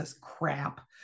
crap